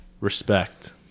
respect